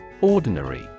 Ordinary